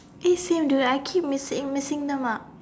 eh same dude I keep mixing mixing them up